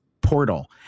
portal